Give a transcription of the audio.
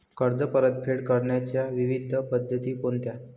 कर्ज परतफेड करण्याच्या विविध पद्धती कोणत्या?